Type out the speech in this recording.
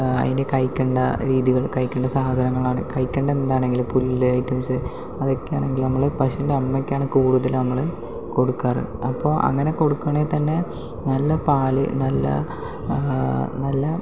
അതിൻ്റെ കഴിക്കേണ്ട രീതികള് കഴിക്കേണ്ട സാധനങ്ങളാണ് കഴിക്കേണ്ട എന്താണെങ്കിലും പുല്ല് ഐറ്റംസ് അതൊക്കെയാണ് നമ്മള് പശുവിൻ്റെ അമ്മയ്ക്കാണ് കൂടുതല് നമ്മള് കൊടുക്കാറ് അപ്പോൾ അങ്ങനെ കൊടുക്കുകയാണെങ്കിൽ തന്നെ നല്ല പാല് നല്ല നല്ല